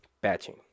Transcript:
batching